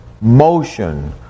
motion